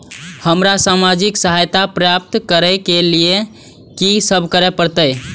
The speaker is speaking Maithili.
हमरा सामाजिक सहायता प्राप्त करय के लिए की सब करे परतै?